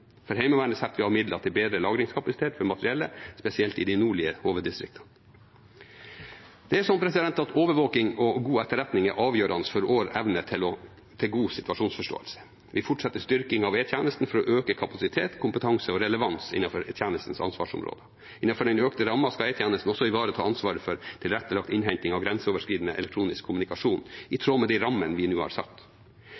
For Heimevernet setter vi av midler til bedre lagringskapasitet for materiellet, spesielt i de nordlige HV-distriktene. Overvåking og god etterretning er avgjørende for vår evne til god situasjonsforståelse. Vi fortsetter styrking av E-tjenesten for å øke kapasitet, kompetanse og relevans innenfor E-tjenestens ansvarsområde. Innenfor den økte rammen skal E-tjenesten også ivareta ansvaret for tilrettelagt innhenting av grenseoverskridende elektronisk kommunikasjon i